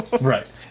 right